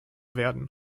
werden